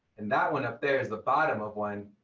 and that one up there is the bottom of one,